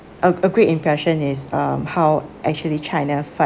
a a great impression is um how actually china